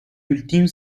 ultime